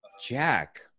Jack